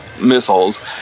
missiles